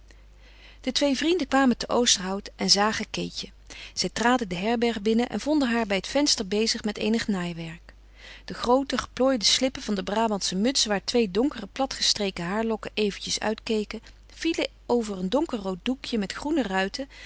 de twee vrienden kwamen te oosterhout en zagen keetje zij traden de herberg binnen en vonden haar bij het venster bezig met eenig naaiwerk de groote geplooide slippen van de brabantsche muts waar twee donkere platgestreken haarlokken eventjes uitkeken vielen over een donkerrood doekje met groene ruiten